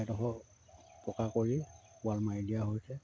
ঘৰ পকা কৰি ৱাল মাৰি দিয়া হৈছে